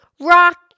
rock